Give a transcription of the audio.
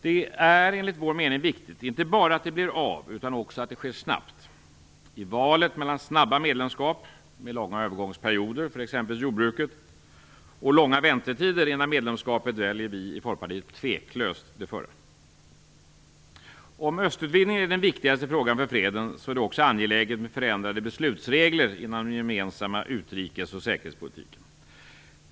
Det är enligt vår mening viktigt inte bara att det blir av utan också att det sker snabbt. I valet mellan snabba medlemskap, med långa övergångsperioder för exempelvis jordbruket, och långa väntetider för medlemskapet väljer vi i Folkpartiet tveklöst det förra. Om östutvidgningen är den viktigaste frågan för freden är det också angeläget med förändrade beslutsregler inom den gemensamma utrikes och säkerhetspolitiken.